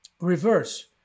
reverse